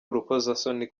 urukozasoni